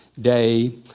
day